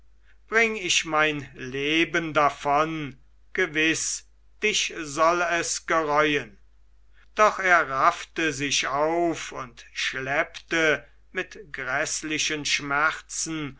bring ich mein leben davon gewiß dich soll es gereuen doch er raffte sich auf und schleppte mit gräßlichen schmerzen